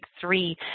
three